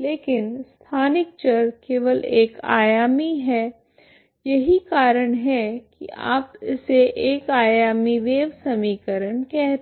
लेकिन स्थानिक चर केवल एक आयामी है यही कारण है कि आप इसे एक आयामी वेव समीकरण कहते हैं